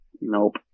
Nope